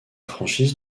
franchise